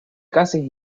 cases